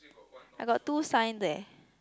I got two sign eh